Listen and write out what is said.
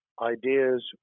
ideas